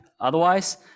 Otherwise